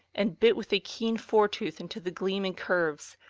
and bit with a keen fore-tooth into the gleaming curves,